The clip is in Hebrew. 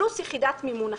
פלוס יחידת מימון אחת.